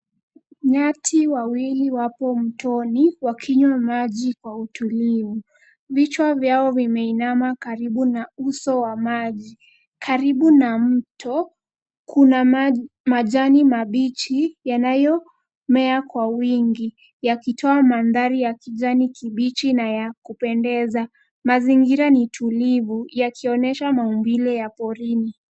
Nyati wawili wapo mtoni wakinywa maji kwa utulivu. Vichwa vyao vimeinama karibu na mto. Karibu na mto kuna majani mabichi yanayomea kwa wingi. Mazingira ni tulivu yakionyesha maumbile ya porini.